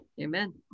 amen